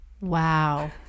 wow